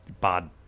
bad